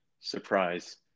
surprise